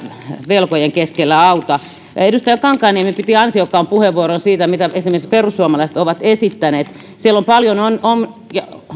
velkojen keskellä auta edustaja kankaanniemi piti ansiokkaan puheenvuoron siitä mitä esimerkiksi perussuomalaiset ovat esittäneet siellä on paljon